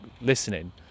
listening